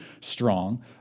strong